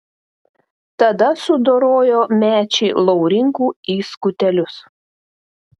tada sudorojo mečį laurinkų į skutelius